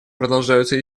продолжаются